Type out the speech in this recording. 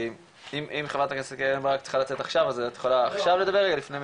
אם חברת הכנסת קרן ברק צריכה לצאת עכשיו אז את יכולה לעכשיו לדבר לפני,